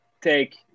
take